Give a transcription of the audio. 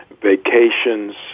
vacations